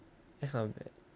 that's not bad